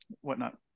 whatnot